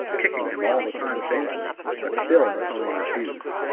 kicking him all the time shamefully, but still the pony refused.